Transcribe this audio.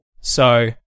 So-